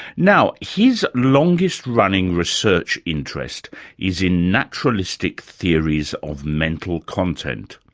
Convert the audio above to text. now, his longest running research interest is in naturalistic theories of mental content.